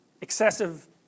excessive